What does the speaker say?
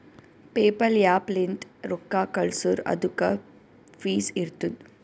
PayPal app ಲಿಂತ್ ರೊಕ್ಕಾ ಕಳ್ಸುರ್ ಅದುಕ್ಕ ಫೀಸ್ ಇರ್ತುದ್